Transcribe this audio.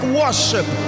worship